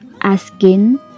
Askin